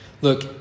Look